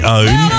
own